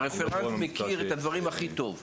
הרפרנט מכיר את הדברים הכי טוב.